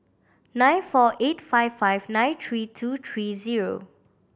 nine four eight five five nine three two three zero